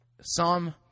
Psalm